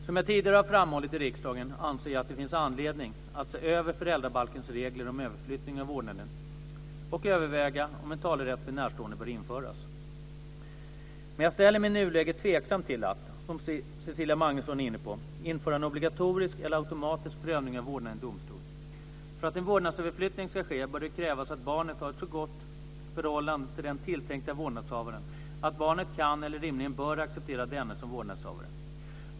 Som jag tidigare har framhållit i riksdagen anser jag att det finns anledning att se över föräldrabalkens regler om överflyttning av vårdnaden och överväga om en talerätt för närstående bör införas. Men jag ställer mig i nuläget tveksam till att, som Cecilia Magnusson är inne på, införa en obligatorisk eller automatisk prövning av vårdnaden i domstol. För att en vårdnadsöverflyttning ska ske bör det krävas att barnet har ett så gott förhållande till den tilltänkta vårdnadshavaren att barnet kan eller rimligen bör acceptera denne som vårdnadshavare.